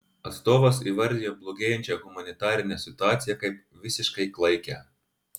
atstovas įvardijo blogėjančią humanitarinę situaciją kaip visiškai klaikią